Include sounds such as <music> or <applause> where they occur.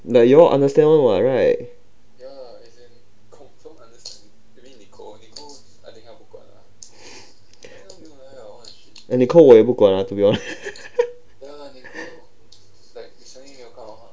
like you all understand [one] [what] right eh nicole 我也不管啊 to be honest <laughs>